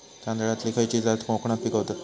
तांदलतली खयची जात कोकणात पिकवतत?